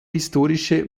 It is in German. historische